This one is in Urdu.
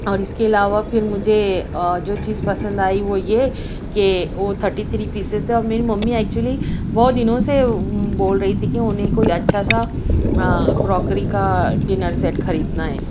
اور اس کے علاوہ پھر مجھے جو چیز پسند آئی وہ یہ کہ وہ تھرٹی تھری پیسز تھا میری ممی ایکچولی بہت دنوں سے بول رہی تھی کہ انہیں کوئی اچھا سا کروکری کا ڈنر سیٹ خریدنا ہے